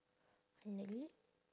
unlikely